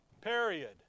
period